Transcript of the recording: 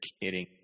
kidding